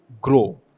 grow